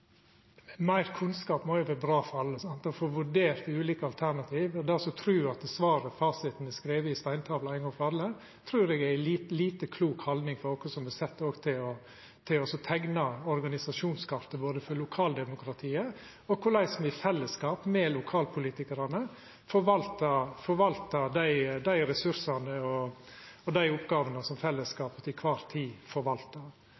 Meir kunnskap må vera bra for alle, at ein får vurdert ulike alternativ. Dei som trur at svaret, fasiten, er skreve i stein ein gong for alle, trur eg viser ei lite klok haldning frå oss som også er sett til å teikna organisasjonskartet for lokaldemokratiet og finna ut korleis me i fellesskap med lokalpolitikarane skal forvalta dei ressursane og dei oppgåvene fellesskapet til ei kvar tid forvaltar.